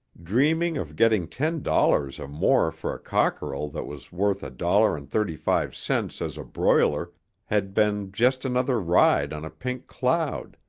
dreaming of getting ten dollars or more for a cockerel that was worth a dollar and thirty-five cents as a broiler had been just another ride on a pink cloud,